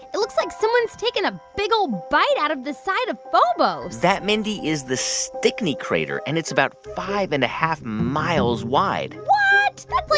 it looks like someone's taken a big, old bite out of the side of phobos that, mindy, is the stickney crater. and it's about five and a half miles wide what? that's, like,